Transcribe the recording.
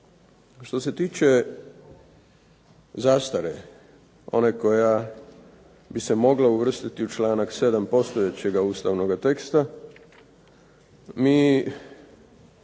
Što se tiče zastare one koja bi se mogla uvrstiti u članak 7. postojećega ustavnoga teksta mi